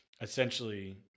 Essentially